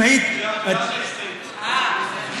אם היית, בעד ההסתייגות, אה, בסדר.